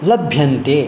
लभ्यन्ते